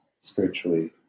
spiritually